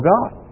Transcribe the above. God